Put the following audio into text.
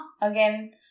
Again